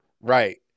Right